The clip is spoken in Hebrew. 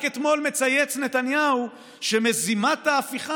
רק אתמול מצייץ נתניהו שמזימת ההפיכה